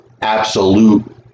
absolute